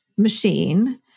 machine